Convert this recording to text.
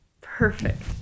perfect